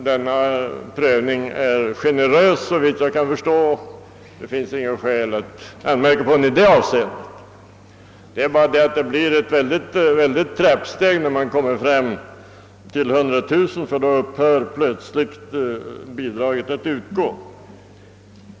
Denna bedömning är generös, såvitt jag kan förstå; det finns inget skäl att anmärka på den. Det blir emellertid ett väldigt trappsteg när man kommer upp till en förmögenhet på 100 000 kronor, ty då upphör plötsligt bidraget att utgå.